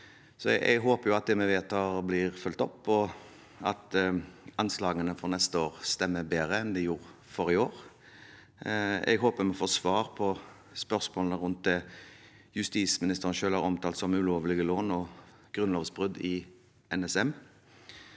jeg håper at det vi vedtar, blir fulgt opp, og at anslagene for neste år stemmer bedre enn de gjorde for i år. Jeg håper vi får svar på spørsmålene om det som justisministeren selv har omtalt som ulovlige lån og grunnlovsbrudd i NSM.